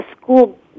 school